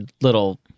little